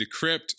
decrypt